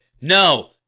No